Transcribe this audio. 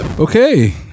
okay